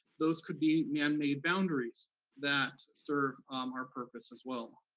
those could be man-made boundaries that serve our purpose as well.